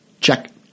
check